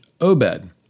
Obed